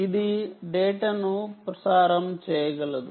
ఇది డేటాను ప్రసారం చేయగలదు